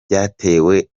byatewe